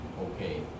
okay